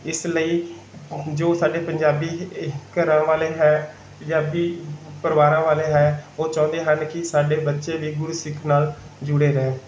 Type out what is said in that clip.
ਇਸ ਲਈ ਜੋ ਸਾਡੇ ਪੰਜਾਬੀ ਇਹ ਘਰਾਂ ਵਾਲੇ ਹੈ ਪੰਜਾਬੀ ਪਰਿਵਾਰਾਂ ਵਾਲੇ ਹੈ ਉਹ ਚਾਹੁੰਦੇ ਹਨ ਕਿ ਸਾਡੇ ਬੱਚੇ ਵੀ ਗੁਰੂ ਸਿੱਖ ਨਾਲ ਜੁੜ੍ਹੇ ਰਹਿਣ